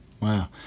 Wow